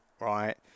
right